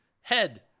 head